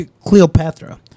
Cleopatra